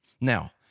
Now